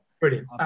brilliant